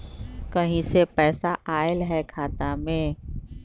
कहीं से पैसा आएल हैं खाता में?